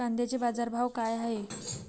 कांद्याचे बाजार भाव का हाये?